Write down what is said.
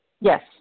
Yes